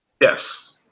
Yes